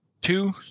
Two